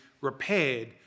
repaired